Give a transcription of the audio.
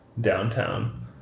downtown